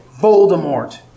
Voldemort